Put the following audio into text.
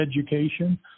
education